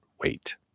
wait